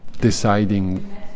deciding